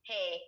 Hey